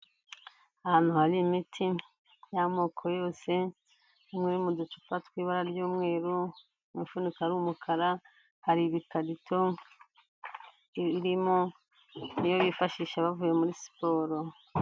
Ahantu hari imiti y'amoko yose iri mu ducupa tw'ibara ry'umweru, umufuniko ari umukara, hari ibikarito irimo ni yo bifashisha bavuye muri siporo.